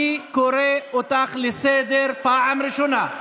אני קורא אותך לסדר פעם ראשונה.